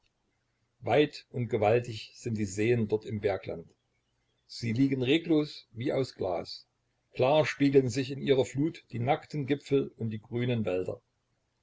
weit und gewaltig sind die seen dort im bergland sie liegen reglos wie aus glas klar spiegeln sich in ihrer flut die nackten gipfel und die grünen wälder